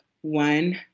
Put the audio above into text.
one